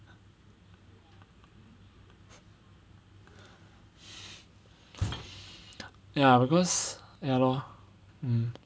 ya because ya lor mm